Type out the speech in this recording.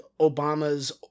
Obama's